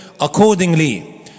accordingly